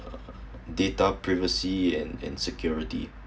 uh data privacy and and security